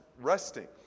resting